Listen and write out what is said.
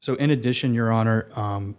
so in addition your honor